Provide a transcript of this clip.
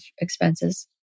expenses